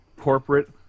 Corporate